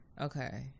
Okay